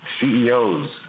CEOs